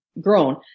grown